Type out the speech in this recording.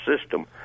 system